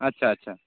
ᱟᱪᱪᱷᱟ ᱟᱪᱪᱷᱟ